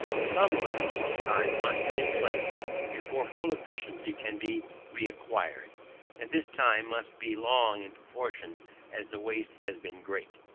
some lapse of time must take place before full efficiency can be reacquired and this time must be long in proportion as the waste has been great.